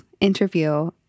interview